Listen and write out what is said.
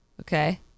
Okay